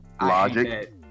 Logic